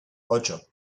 ocho